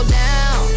down